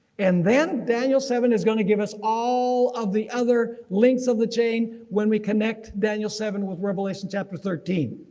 and then daniel seven is gonna give us all of the other links of the chain when we connect daniel seven with revelation chapter thirteen.